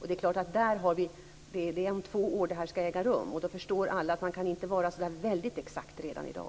Detta skall ju äga rum om två år, och då förstår alla att vi inte kan vara så väldigt exakta redan i dag.